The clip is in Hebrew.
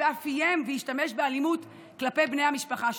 ואף איים והשתמש באלימות כלפי בני המשפחה שלו.